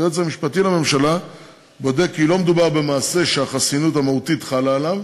היועץ המשפטי לממשלה בודק שלא מדובר במעשה שהחסינות המהותית חלה עליו